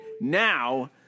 now